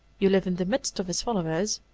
you live in the midst of his followers.